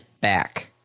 back